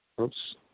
Oops